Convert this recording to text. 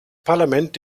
parlament